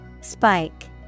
Spike